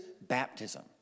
baptism